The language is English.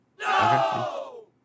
no